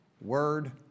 word